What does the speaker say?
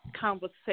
conversation